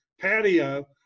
patio